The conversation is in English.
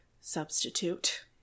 substitute